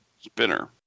spinner